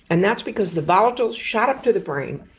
and that's because the volatiles shot up to the brain,